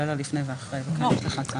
שרצו להגיע ולשרת את אזרחי ואזרחיות מדינת